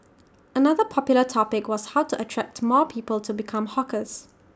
another popular topic was how to attract more people to become hawkers